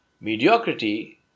mediocrity